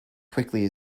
quickly